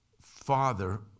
father